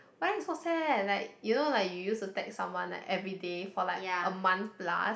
why you so sad like you know like you used to text someone like everyday for like a month plus